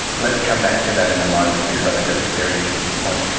let's come back to that in a moment because i think that's a very interesting point.